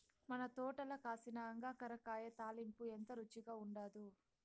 మన తోటల కాసిన అంగాకర కాయ తాలింపు ఎంత రుచిగా ఉండాదో